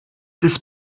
this